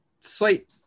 slight